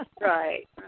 right